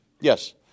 Yes